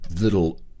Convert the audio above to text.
little